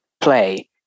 play